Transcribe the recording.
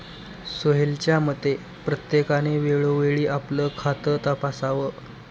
सोहेलच्या मते, प्रत्येकाने वेळोवेळी आपलं खातं तपासावं